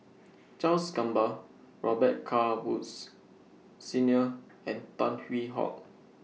Charles Gamba Robet Carr Woods Senior and Tan Hwee Hock